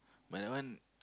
but that one